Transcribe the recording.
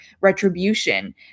retribution